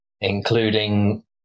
including